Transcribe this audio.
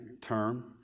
term